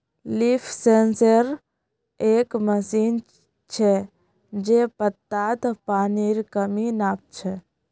leaf sensor एक machine छ जे पत्तात पानीर कमी नाप छ